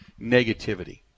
negativity